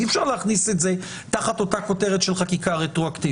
אי אפשר להכניס את זה תחת אותה כותרת של חקיקה רטרואקטיבית.